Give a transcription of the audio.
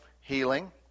healing